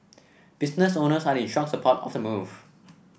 business owners are in strong support of the move